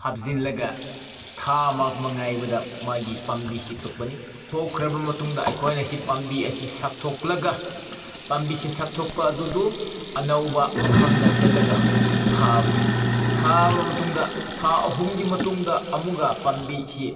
ꯍꯥꯞꯆꯤꯜꯂꯒ ꯊꯥ ꯑꯃꯒꯨꯝꯕ ꯉꯥꯏꯕꯗ ꯃꯥꯒꯤ ꯄꯥꯝꯕꯤꯁꯤ ꯊꯣꯛꯄꯅꯤ ꯊꯣꯛꯈ꯭ꯔꯕ ꯃꯇꯨꯡꯗ ꯑꯩꯈꯣꯏꯅ ꯁꯤ ꯄꯥꯝꯕꯤ ꯑꯁꯤ ꯁꯪꯇꯣꯛꯂꯒ ꯄꯥꯝꯕꯤꯁꯤ ꯁꯪꯇꯣꯛꯄ ꯑꯗꯨꯗꯨ ꯑꯅꯧꯕ ꯃꯐꯝꯗ ꯆꯠꯂꯒ ꯊꯥꯕꯅꯤ ꯊꯥꯕ ꯃꯇꯨꯡꯗ ꯊꯥ ꯑꯍꯨꯝꯒꯤ ꯃꯇꯨꯡꯗ ꯑꯃꯨꯛꯀ ꯄꯥꯝꯕꯤꯁꯤ